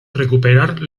recuperar